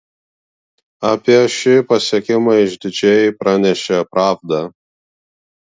apie šį pasiekimą išdidžiai pranešė pravda